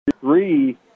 three